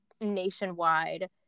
nationwide